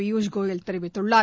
பியூஷ் கோயல் தெரிவித்துள்ளார்